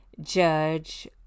Judge